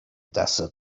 desert